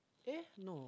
eh no